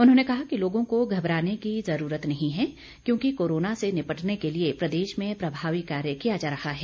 उन्होंने कहा कि लोगों को घबराने की ज़रूरत नहीं है क्योंकि कोरोना से निपटने के लिए प्रदेश में प्रभावी कार्य किया जा रहा है